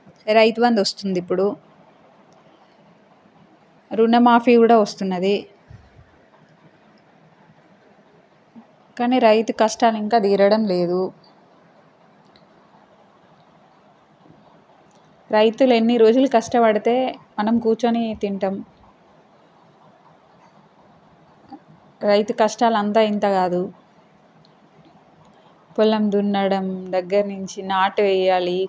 రైతుబంధు వస్తుంది ఇప్పుడు రుణమాఫీ కూడా వస్తున్నది కానీ రైతు కష్టాలు ఇంకా తీరడం లేదు రైతులు ఎన్ని రోజులు కష్టపడితే మనం కూర్చొని తింటాము రైతు కష్టాలు అంతా ఇంతా కాదు పొలం దున్నడం దగ్గర నుంచి నాటు వెయ్యాలి